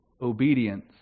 obedience